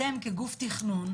אתם כגוף תכנון,